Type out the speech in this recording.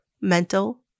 mental